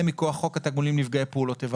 מכוח חוק התגמולים לנפגעי פעולות איבה.